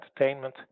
entertainment